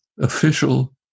official